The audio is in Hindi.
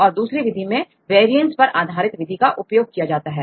और दूसरी विधि में वारिएन्स पर आधारित विधि का उपयोग करते हैं